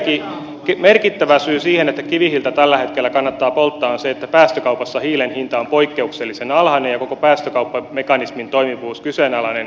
edelleenkin merkittävä syy siihen että kivihiiltä tällä hetkellä kannattaa polttaa on se että päästökaupassa hiilen hinta on poikkeuksellisen alhainen ja koko päästökauppamekanismin toimivuus kyseenalainen